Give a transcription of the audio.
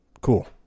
Cool